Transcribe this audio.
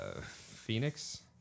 Phoenix